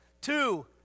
Two